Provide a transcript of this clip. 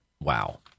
Wow